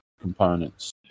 components